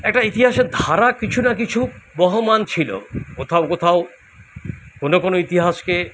একটা ইতিহাসের ধারা কিছু না কিছু বহমান ছিল কোথাও কোথাও কোনও কোনও ইতিহাসকে